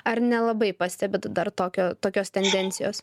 ar nelabai pastebit dar tokio tokios tendencijos